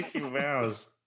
Mouse